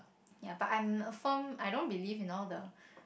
ya but I'm a firm I don't believe in all the